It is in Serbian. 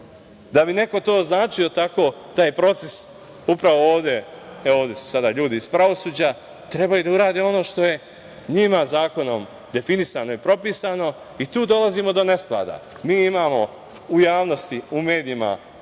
Da bi neko to označio tako, taj proces, upravo ovde su sada ljudi iz pravosuđa, treba i da urade ono što je njima zakonom definisano i propisano i tu dolazimo do nesklada. Mi imamo u javnosti, u medijima